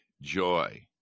joy